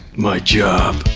my job.